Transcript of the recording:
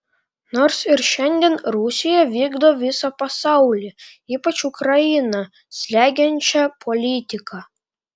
nors ir šiandien rusija vykdo visą pasaulį ypač ukrainą slegiančią politiką